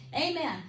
Amen